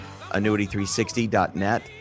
annuity360.net